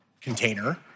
container